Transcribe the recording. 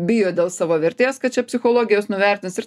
bijo dėl savo vertės kad čia psichologė juos nuvertins ir